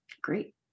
great